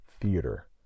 Theater